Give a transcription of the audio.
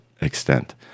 extent